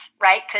right